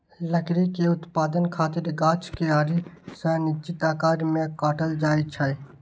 लकड़ी के उत्पादन खातिर गाछ कें आरी सं निश्चित आकार मे काटल जाइ छै